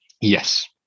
Yes